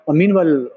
meanwhile